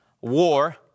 war